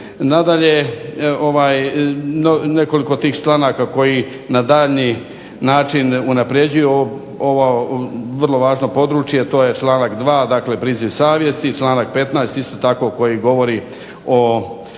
Nadalje, nekoliko tih članaka koji na daljnji način unapređuju ovo vrlo važno područje, to je članak 2., dakle priziv savjesti, članak 15. isto tako koji govori o, glede